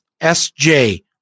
SJ